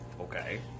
Okay